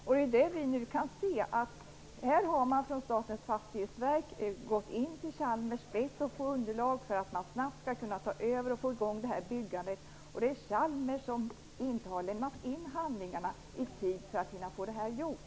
Nu kan vi se att Statens fastighetsverk har gått in till Chalmers och bett om att få ett underlag för att man snabbt skall kunna ta över och få i gång byggandet. Det är Chalmers som inte har lämnat in handlingarna i tid för att detta skall hinna bli gjort.